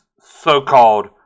so-called